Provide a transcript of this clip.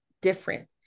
different